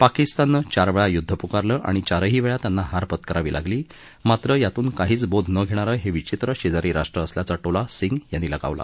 पाकिस्ताननं चारवेळा युद्ध पुकारलं आणि चारही वेळा त्यांना हार पत्करावी लागली मात्र यातून काहीच बोध न घेणारं हे विचित्र शेजारी राष्ट्र असल्याचा टोला सिंग यांनी लगावला